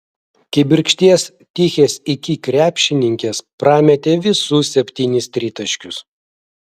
kibirkšties tichės iki krepšininkės prametė visus septynis tritaškius